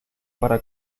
para